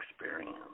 experience